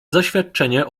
zaświadczenie